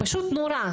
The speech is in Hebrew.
ופשוט נורה,